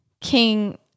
King